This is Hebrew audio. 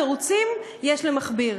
תירוצים יש למכביר,